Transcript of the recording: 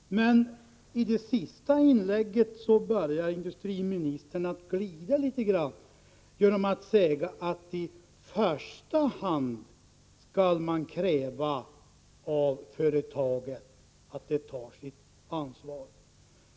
Menii det senaste inlägget började industriministern glida litet genom att säga att i första hand skall man kräva av företaget att det tar sitt ansvar.